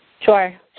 Sure